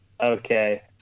Okay